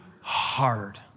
hard